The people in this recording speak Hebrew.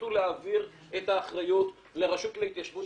החליטו להעביר את האחריות לרשות להתיישבות